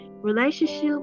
relationship